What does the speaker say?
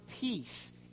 peace